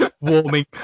Warming